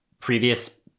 previous